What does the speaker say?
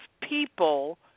people